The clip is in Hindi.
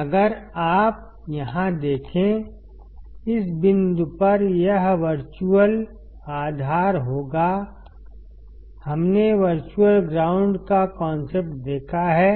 अगर आप यहां देखें इस बिंदु पर यह वर्चुअल आधार होगा हमने वर्चुअल ग्राउंड का कॉन्सेप्ट देखा है